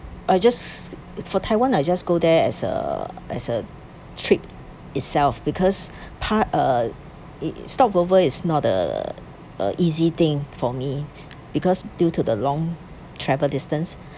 I just for taiwan I just go there as a as a trip itself because part uh if stop over is not uh a easy thing for me because due to the long travel distance